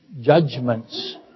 judgments